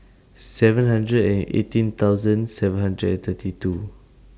seven hundred and eighteen thousand seven hundred and thirty two